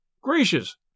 Gracious